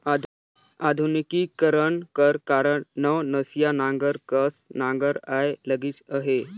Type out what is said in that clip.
आधुनिकीकरन कर कारन नवनसिया नांगर कस नागर आए लगिस अहे